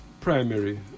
primary